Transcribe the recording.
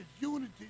unity